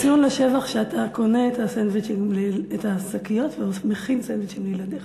אתה מקבל ציון לשבח שאתה קונה את השקיות ומכין סנדוויצ'ים לילדיך.